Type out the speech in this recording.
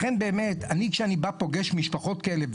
כשאני פוגש משפחות כאלה,